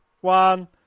One